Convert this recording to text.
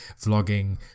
vlogging